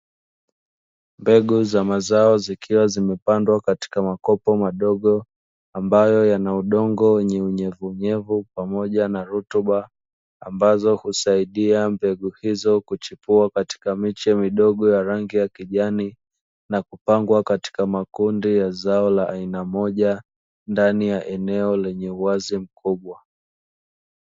Mbegu za mazao, zikiwa zimepandwa katika makopo madogo ambayo yana udongo wenye unyevunyevu pamoja na rutuba, ambazo husaidia mbegu hizo kuchipua katika miche midogo ya rangi ya kijani, na kupangwa katika makundi ya zao la aina moja ndani ya eneo lenye uwazi mkubwa.